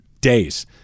days